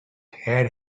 had